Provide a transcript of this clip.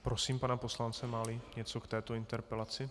Prosím pana poslance, máli něco k této interpelaci.